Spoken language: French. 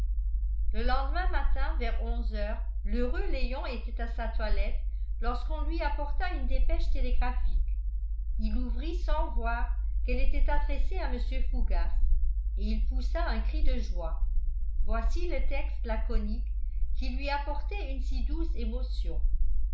le lendemain matin vers onze heures l'heureux léon était à sa toilette lorsqu'on lui apporta une dépêche télégraphique il l'ouvrit sans voir qu'elle était adressée à mr fougas et il poussa un cri de joie voici le texte laconique qui lui apportait une si douce émotion